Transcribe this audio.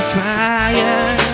fire